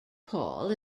paul